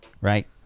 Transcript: Right